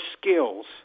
skills